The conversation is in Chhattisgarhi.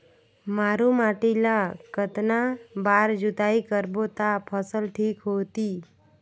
मारू माटी ला कतना बार जुताई करबो ता फसल ठीक होती?